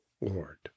Lord